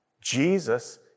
Jesus